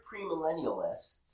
premillennialists